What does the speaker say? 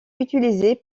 utilisés